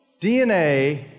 DNA